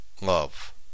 love